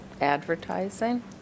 advertising